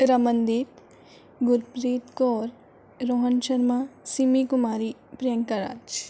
Ramandeep Gurpreet Kaur Rohan Sharma Simmi Kumari Priyanka Raj